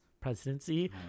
presidency